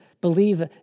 believe